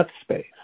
Space